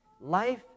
Life